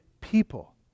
people